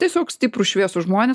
tiesiog stiprūs šviesūs žmonės